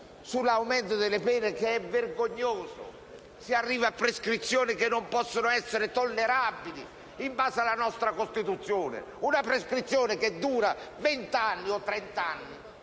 sull'aumento delle pene, che è un fatto vergognoso. Si arriva a prescrizioni che non possono essere tollerabili in base alla nostra Costituzione. Una prescrizione che dura 20 o 30 anni